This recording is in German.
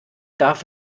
darf